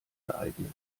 geeignet